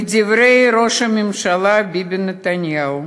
מדברי ראש הממשלה ביבי נתניהו,